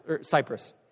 Cyprus